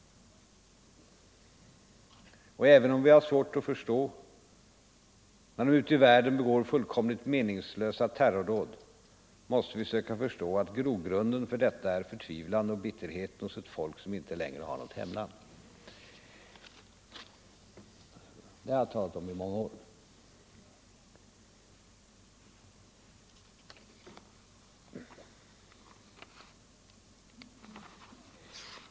Även om vi har svårt att förstå när de ute i världen begår fullkomligt meningslösa terrordåd, måste vi söka förstå att grogrunden för detta är förtvivlan och bitterheten hos ett folk som inte längre har något hemland. — Det har jag talat om i många år.